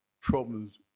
problems